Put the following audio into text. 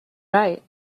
right